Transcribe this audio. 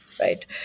right